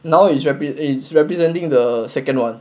now is represe~ representing the second one